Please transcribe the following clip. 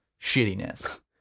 shittiness